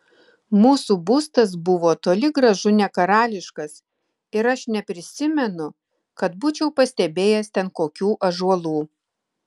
mūsų būstas buvo toli gražu ne karališkas ir aš neprisimenu kad būčiau pastebėjęs ten kokių ąžuolų